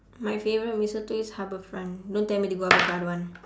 my favorite mee soto is harbourfront don't tell me to go harbourfront I don't want